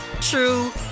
true